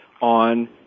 on